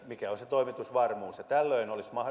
mikä on se toimitusvarmuus tällöin olisi